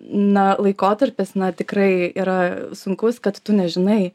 na laikotarpis tikrai yra sunkus kad tu nežinai